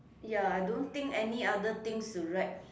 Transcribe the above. ya I don't think any other things to write